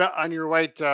on your white,